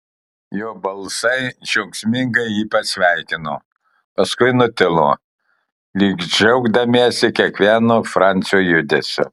jo balsai džiaugsmingai jį pasveikino paskui nutilo lyg džiaugdamiesi kiekvienu francio judesiu